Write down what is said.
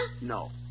No